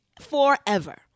Forever